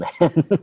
man